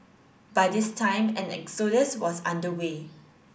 by this time an exodus was under way